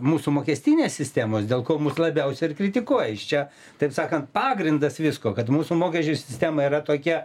mūsų mokestinės sistemos dėl ko mus labiausia ir kritikuoja iš čia taip sakant pagrindas visko kad mūsų mokesčių sistema yra tokia